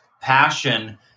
passion